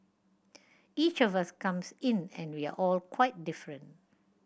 each of us comes in and we are all quite different